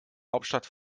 hauptstadt